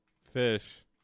fish